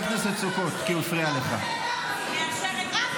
--- הם ערבים